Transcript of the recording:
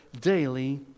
daily